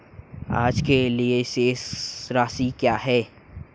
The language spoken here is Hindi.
आज के लिए शेष राशि क्या है?